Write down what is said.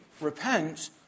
repent